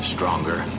Stronger